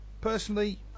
Personally